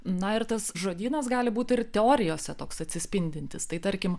na ir tas žodynas gali būti ir teorijose toks atsispindintis tai tarkim